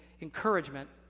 encouragement